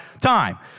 time